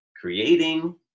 creating